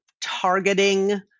targeting